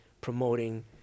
promoting